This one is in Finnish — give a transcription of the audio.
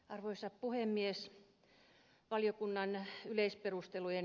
arvoisa puhemies